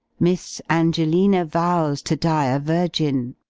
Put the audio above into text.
miss angelina vows to die a virgin.